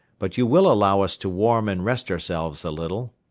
but you will allow us to warm and rest ourselves a little.